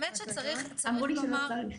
אמרו לי שלא צריך.